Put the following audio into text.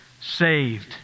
saved